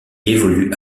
évolue